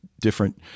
different